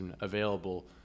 available